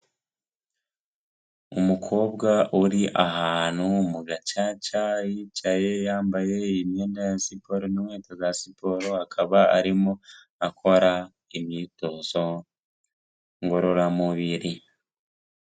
Umukobwa uri ahantu mu gacaca yicaye, yambaye imyenda ya siporo n'inkweto za siporo, akaba arimo akora imyitozo ngororamubiri.